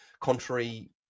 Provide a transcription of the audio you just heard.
contrary